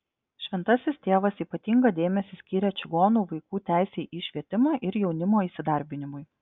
šventasis tėvas ypatingą dėmesį skyrė čigonų vaikų teisei į švietimą ir jaunimo įsidarbinimui